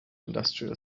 industrial